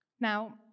Now